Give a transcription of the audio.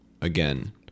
again